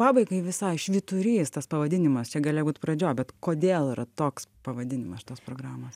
pabaigai visai švyturys tas pavadinimas čia galėjo būt pradžioj bet kodėl yra toks pavadinimas šitos programos